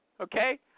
Okay